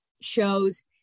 shows